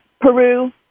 Peru